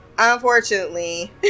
Unfortunately